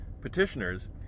Petitioners